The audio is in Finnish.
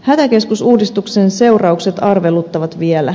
hätäkeskusuudistuksen seuraukset arveluttavat vielä